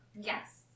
Yes